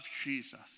Jesus